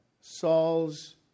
Saul's